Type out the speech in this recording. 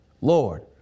Lord